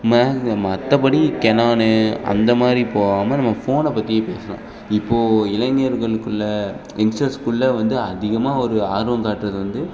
மேலே மற்றபடி கெனானு அந்த மாதிரி போகாம நம்ம ஃபோனை பற்றியே பேசலாம் இப்போது இளைஞர்களுக்குள்ளே எங்ஸ்டர்ஸ்க்குள்ளே வந்து அதிகமாக ஒரு ஆர்வம் காட்டுவது வந்து